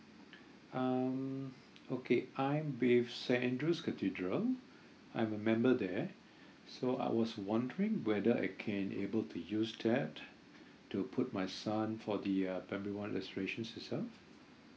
um okay I'm with saint andrew's cathedral I'm a member there so I was wondering whether I can be able to use that to put my son for the uh primary one registration itself